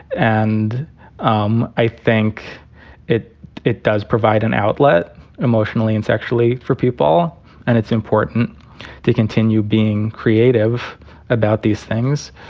and um i think it it does provide an outlet emotionally and sexually for people and it's important to continue being creative about these things.